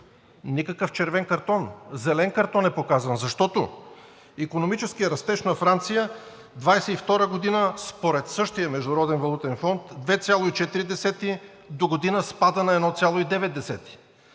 Никакъв червен картон, зелен картон е показан, защото икономическият растеж на Франция 2022 г. според същия Международен валутен фонд е 2,4, догодина спада на 1,9.